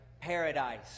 Paradise